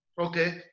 Okay